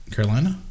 Carolina